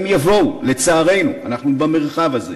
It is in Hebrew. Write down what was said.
הם יבואו, לצערנו, אנחנו במרחב הזה.